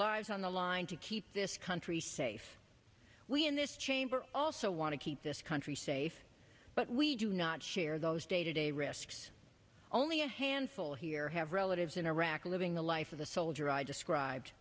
lives on the line to keep this country safe we in this chamber also want to keep this country safe but we do not share those day to day risks only a handful here have relatives in iraq living the life of the soldier i described